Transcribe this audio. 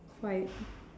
quite